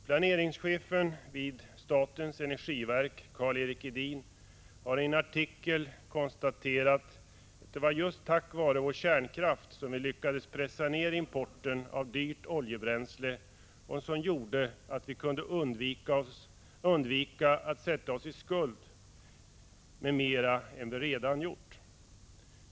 Planeringschefen vid statens energiverk, Karl Axel Edin, har i en artikel konstaterat att det var just tack vare vår kärnkraft som vi lyckades pressa ned importen av dyrt oljebränsle och därmed undvek att sätta oss i skuld mer än vi redan gjort.